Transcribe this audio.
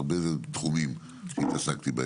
בהרבה תחומים שהתעסקתי בהם.